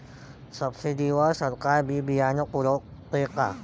Subsidy वर सरकार बी बियानं पुरवते का?